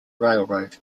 railroad